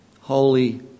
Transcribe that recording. holy